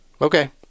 Okay